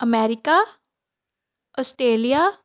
America Australia